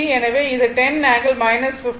எனவே இது 10 ∠ 53